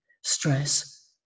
stress